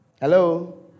Hello